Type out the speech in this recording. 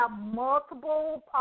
multiple